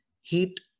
Heat